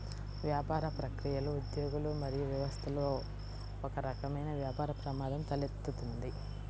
వ్యాపార ప్రక్రియలు, ఉద్యోగులు మరియు వ్యవస్థలలో ఒకరకమైన వ్యాపార ప్రమాదం తలెత్తుతుంది